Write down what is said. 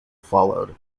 followed